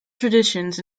traditions